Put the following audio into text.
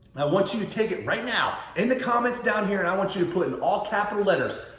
want you to take it right now. in the comments down here, and i want you to put in all capital letters,